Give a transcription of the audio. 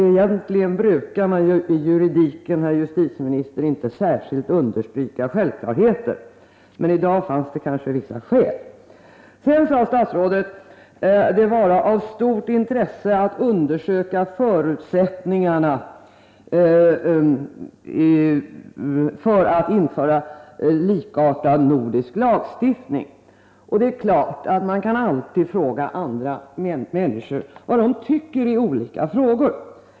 Egentligen brukar man i juridiken, herr justitieminister, inte särskilt understryka självklarheter. Men i dag finns det kanske vissa skäl. Sedan sade statsrådet att det är av stort intresse att undersöka förutsättningarna för att införa likartad nordisk lagstiftning. Det är klart att man alltid kan fråga andra människor vad de tycker i olika frågor.